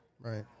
Right